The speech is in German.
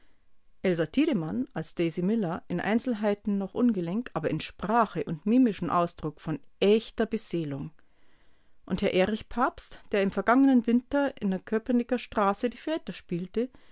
als daisy miller in einzelheiten noch ungelenk aber in sprache und mimischem ausdruck von echter beseelung und herr erich pabst der im vergangenen winter in der köpenicker straße die väter spielte